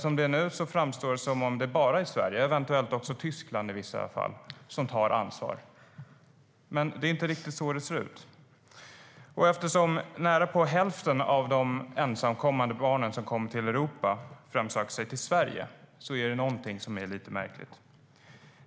Som det är nu framstår det som att det bara är Sverige, och eventuellt också Tyskland i en del fall, som tar ansvar. Men det är inte riktigt så det ser ut. Eftersom närapå hälften av de ensamkommande barn som kommer till Europa söker sig till Sverige är det något som är lite märkligt.